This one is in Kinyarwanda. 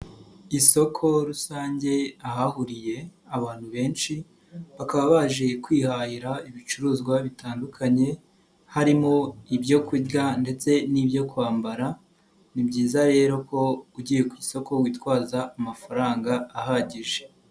Isoko rusange ahahuriye abantu benshi bakaba baje kwihahira ibicuruzwa bitandukanye harimo ibyo kurya ndetse n'ibyo kwambara, ni byiza rero ko ugiye ku isoko witwaza amafaranga ahagije.